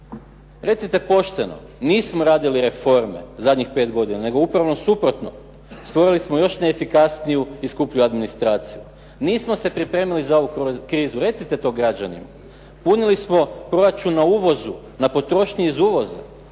Recite pošteno, nismo radili reforme zadnjih pet godina nego upravo suprotno, stvorili smo još neefikasniju i skuplju administraciju. Nismo se pripremili za ovu krizu, recite to građanima. Punili smo proračun na uvozu, na potrošnji iz uvoza.